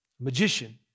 magician